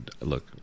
Look